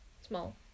Small